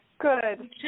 Good